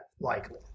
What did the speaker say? likely